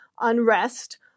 unrest